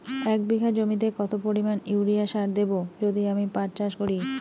এক বিঘা জমিতে কত পরিমান ইউরিয়া সার দেব যদি আমি পাট চাষ করি?